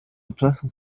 pleasant